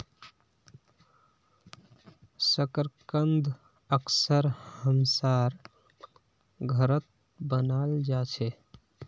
शकरकंद अक्सर हमसार घरत बनाल जा छे